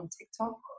TikTok